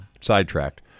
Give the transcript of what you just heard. sidetracked